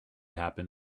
happen